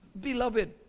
beloved